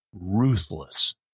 ruthless